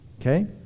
Okay